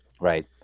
right